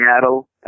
Seattle